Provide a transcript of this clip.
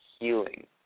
healing